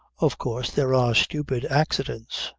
of course there are stupid accidents.